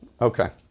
Okay